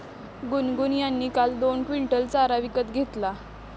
गुनगुन यांनी काल दोन क्विंटल चारा विकत घेतला